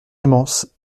immense